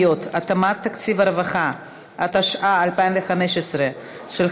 התשע"ה 2015, של